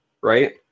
right